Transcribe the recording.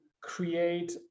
create